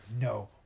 no